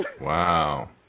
Wow